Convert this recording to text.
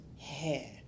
hair